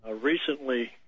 recently